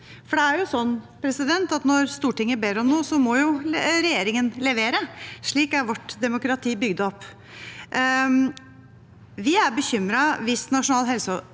når Stortinget ber om noe, må regjeringen levere. Slik er vårt demokrati bygd opp. Vi er bekymret hvis Nasjonal helse- og